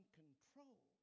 control